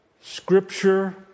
Scripture